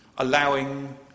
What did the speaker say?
Allowing